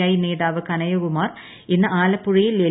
I നേതാവ് കനയ്യ കുമാർ ഇന്ന് ആലപ്പുഴയിൽ എൽ